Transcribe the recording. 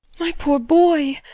my poor boy!